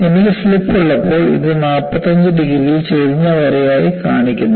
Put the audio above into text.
എനിക്ക് സ്ലിപ്പ് ഉള്ളപ്പോൾ അത് 45 ഡിഗ്രിയിൽ ചരിഞ്ഞ വരയായി കാണിക്കുന്നു